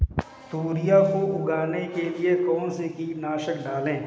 तोरियां को उगाने के लिये कौन सी कीटनाशक डालें?